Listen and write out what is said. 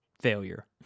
failure